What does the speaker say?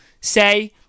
say